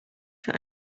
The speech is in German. für